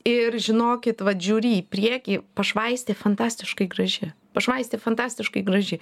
ir žinokit vat žiūri į priekį pašvaistė fantastiškai graži pašvaistė fantastiškai graži